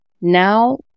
Now